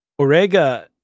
Orega